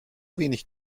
wenig